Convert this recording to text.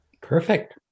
Perfect